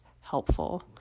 helpful